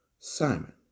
Simon